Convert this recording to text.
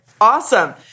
Awesome